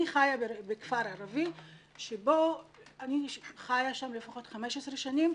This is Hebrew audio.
אני חיה בכפר ערבי שבו אני חיה שם לפחות 15 שנים,